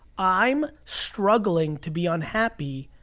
i'm struggling to be unhappy